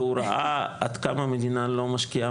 והוא ראה עד כמה המדינה לא משקיעה